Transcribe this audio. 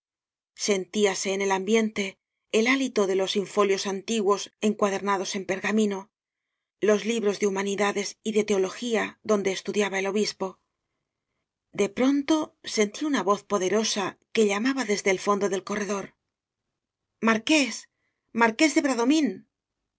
sentíase en el ambiente el hálito de los infolios antiguos encuaderna dos en pergamino los libros de humanidades y de teología donde estudiaba el obispo de pronto sentí una voz poderosa que llamaba desde el fondo del corredor marqués marqués de